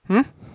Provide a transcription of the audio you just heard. hmm